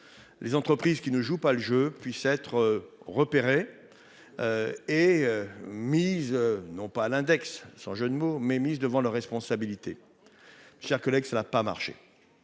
Les entreprises qui ne jouent pas le jeu puisse être repéré. Et mise non pas à l'index, sans jeu de mot mais mise devant leurs responsabilités. Chers collègues, ça n'a pas marché.